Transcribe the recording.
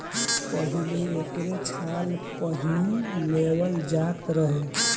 पहिले एकरे छाल पहिन लेवल जात रहे